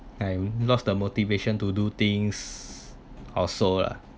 I lost the motivation to do things or so lah